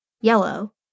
yellow